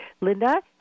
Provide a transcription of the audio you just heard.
Linda